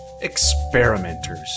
experimenters